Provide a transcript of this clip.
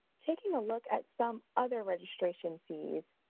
taking a look at some other registration fees,